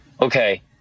okay